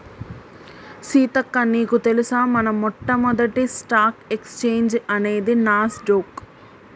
సీతక్క నీకు తెలుసా మన మొట్టమొదటి స్టాక్ ఎక్స్చేంజ్ అనేది నాస్ డొక్